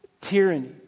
Tyranny